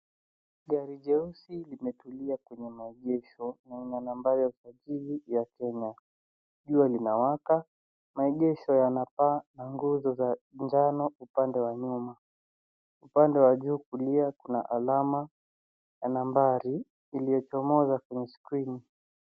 Gari jeusi limetulia kwenye maegesho na lina nambari za usajili ya Kenya. Jua linawaka. Maegesho yana paa na nguzo za njano upande wa nyuma. Upande wa juu kulia kuna alama na nambari iliyochomoza kwenye skrini.